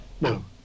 No